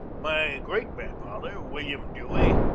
my great-grandfather, william dewey,